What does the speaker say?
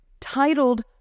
Titled